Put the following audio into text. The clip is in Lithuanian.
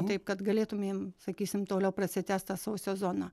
taip kad galėtumėm sakysim toliau prasitęst tą savo sezoną